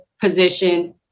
position